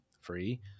free